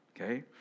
okay